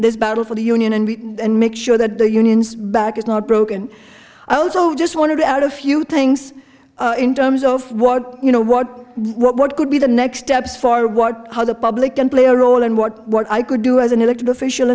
this battle for the union and and make sure that the unions back is not broken i also just want to add a few things in terms of what you know what what could be the next steps for what how the public can play a role and what what i could do as an elected official